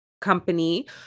company